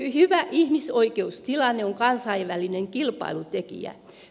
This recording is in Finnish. hyvä ihmisoikeustilanne on kansainvälinen kilpailutekijä